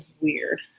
weird